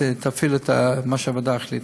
תפעיל את מה שהוועדה החליטה.